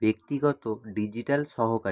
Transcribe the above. ব্যক্তিগত ডিজিটাল সহকা